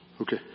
Okay